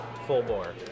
full-bore